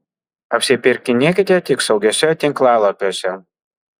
apsipirkinėkite tik saugiuose tinklalapiuose